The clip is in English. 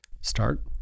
Start